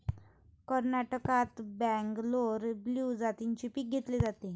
कर्नाटकात बंगलोर ब्लू जातीचे पीक घेतले जाते